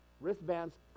Wristbands